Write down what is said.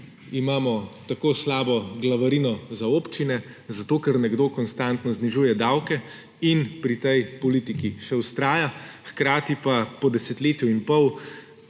imamo tako slabo glavarino za občine – zato, ker nekdo konstantno znižuje davke in pri tej politiki še vztraja, hkrati po desetletju in pol